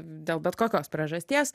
dėl bet kokios priežasties